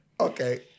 Okay